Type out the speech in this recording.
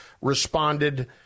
responded